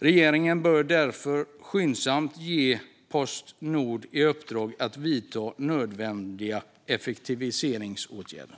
Regeringen bör därför skyndsamt ge Postnord i uppdrag att vidta nödvändiga effektiviseringsåtgärder.